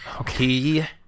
Okay